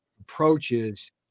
approaches